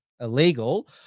illegal